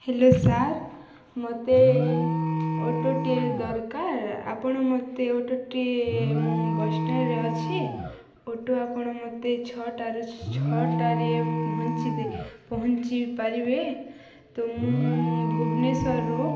hello sir ମୋତେ ଅଟୋଟିଏ ଦରକାର ଆପଣ ମୋତେ ଅଟୋଟିଏ ମୁଁ ବସ୍ ଷ୍ଟାଣ୍ଡରେ ଅଛି ଅଟୋ ଆପଣ ମୋତେ ଛଅଟାରୁ ଛଅଟାରେ ପହଞ୍ଚିଦେ ପହଞ୍ଚି ପାରିବେ ତ ମୁଁ ଭୁବନେଶ୍ୱରରୁ